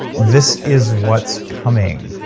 this is what's coming.